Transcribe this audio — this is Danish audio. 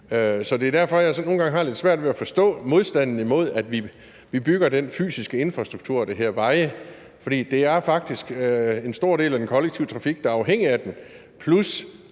Så det er derfor, at jeg nogle gange har lidt svært ved at forstå modstanden mod, at vi bygger den fysiske infrastruktur, der hedder veje, altså fordi det faktisk er en stor del af den kollektive trafik, der er afhængig af den.